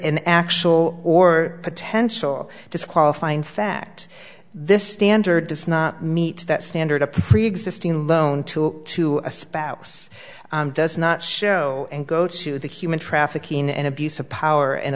an actual or potential disqualifying fact this standard does not meet that standard of preexisting loan to to a spouse does not show and go to the human trafficking and abuse of power and